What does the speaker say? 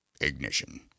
ignition